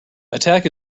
attack